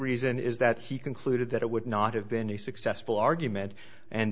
reason is that he concluded that it would not have been a successful argument and